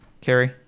carrie